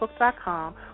Facebook.com